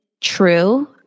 true